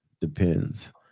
Depends